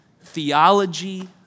theology